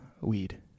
weed